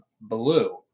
blue